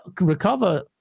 recover